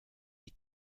die